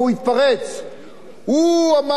הוא אמר: שר הביטחון בשליטה שלי.